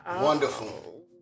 Wonderful